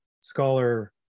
scholar